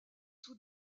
tout